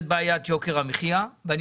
אז כן,